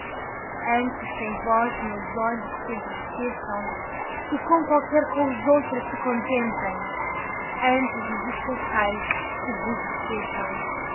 antes sem vós meus olhos se entristeçam que com qualquer cous outra se contentem antes os esqueçais que vos esqueçam